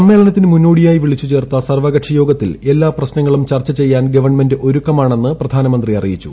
സമ്മേളനത്തിന് മുന്നോടിയായി വിളിച്ചു ചേർത്ത സർവകക്ഷി യോഗത്തിൽ എല്ലാ പ്രശ്നങ്ങളും ചർച്ച ചെയ്യാൻ ഗവൺമെന്റ് ഒരുക്കമാണെന്ന് പ്രധാനമന്ത്രി അറിയിച്ചു